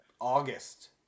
August